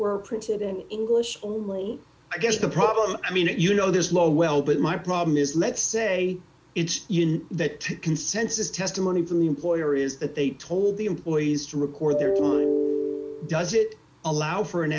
were printed in english only i guess the problem i mean you know there's no well but my problem is let's say it's that consensus testimony from the employer is that they told the employees to record their only does it allow for an